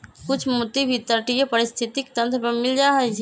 कुछ मोती भी तटीय पारिस्थितिक तंत्र पर मिल जा हई